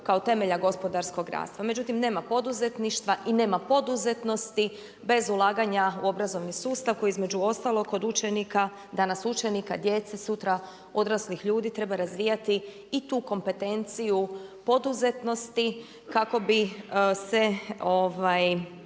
kao temelja gospodarskog rasta. Međutim, nema poduzetništva i nema poduzetnosti bez ulaganja u obrazovni sustav koji između ostalog kod učenika danas učenika, djece, sutra odraslih ljudi treba razvijati i tu kompetenciju poduzetnosti kako bi se